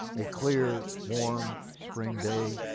a clear warm spring day,